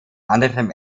anderen